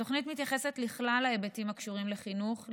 התוכנית מתייחסת לכלל ההיבטים הקשורים לחינוך,